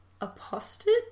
apostate